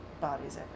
Bodies